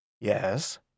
Yes